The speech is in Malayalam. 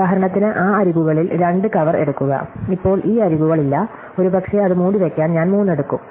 ഉദാഹരണത്തിന് ആ അരികുകളിൽ 2 കവർ എടുക്കുക ഇപ്പോൾ ഈ അരികുകൾ ഇല്ല ഒരുപക്ഷേ അത് മൂടിവയ്ക്കാൻ ഞാൻ 3 എടുക്കും